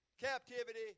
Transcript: captivity